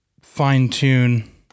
fine-tune